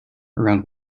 around